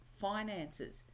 finances